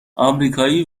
امریکایی